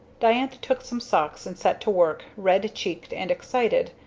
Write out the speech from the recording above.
diantha took some socks and set to work, red-checked and excited,